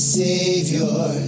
savior